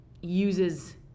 uses